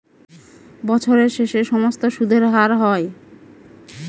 বছরের শেষে সমস্ত সুদের হার হয়